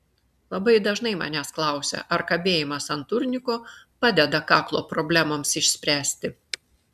labai dažnai manęs klausia ar kabėjimas ant turniko padeda kaklo problemoms išspręsti